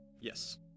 Yes